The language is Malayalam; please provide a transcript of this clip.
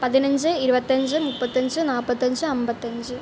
പതിനഞ്ച് ഇരുപത്തഞ്ച് മുപ്പത്തഞ്ച് നാൽപ്പത്തഞ്ച് അൻപത്തഞ്ച്